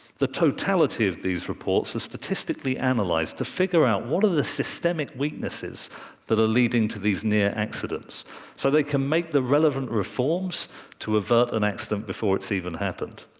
the totality of these reports are statistically analyzed to figure out what are the systemic weaknesses that are leading to these near-accidents so they can make the relevant reforms to avert an accident before it's even happened.